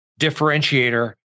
differentiator